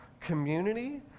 community